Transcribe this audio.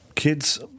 Kids